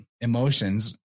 emotions